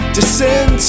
Descend